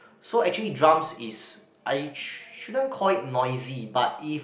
so actually drums is I shouldn't call it noisy but if